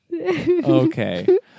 Okay